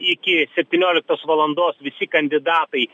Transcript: iki septynioliktos valandos visi kandidatai